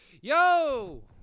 yo